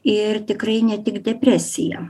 ir tikrai ne tik depresija